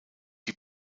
die